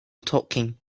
talking